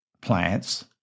plants